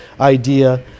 idea